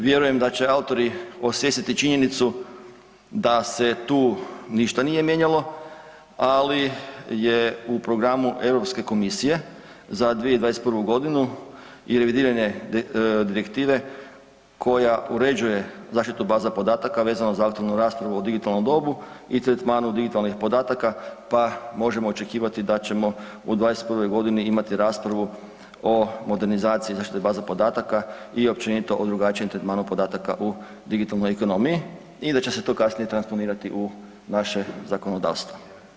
Vjerujem da će autori osvijestiti činjenicu da se tu ništa nije mijenjalo ali je u programu Europske komisije za 2021. g. i revidiranje direktive koja uređuje zaštitu baza podataka, vezano za zdravstvenu raspravu o digitalnom dobu i tretmanu digitalnih podataka pa možemo očekivati da ćemo u 2021. g. imati raspravu o modernizaciji zaštite podataka i općenito o drugačijem tretmanu podataka u digitalnoj ekonomiji i da će se to kasnije transplantirati u naše zakonodavstvo.